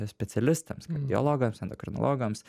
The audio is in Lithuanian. specialistams kardiologams endokrinologams